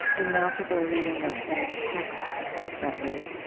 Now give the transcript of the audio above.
and now people are reading those same texts differently.